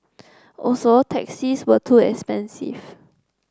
also taxis were too expensive